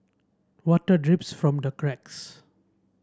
water drips from the cracks